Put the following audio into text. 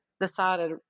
decided